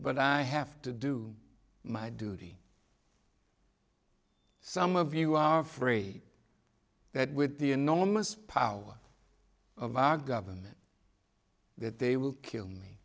but i have to do my duty some of you are free that with the enormous power of our government that they will kill me